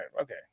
okay